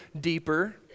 deeper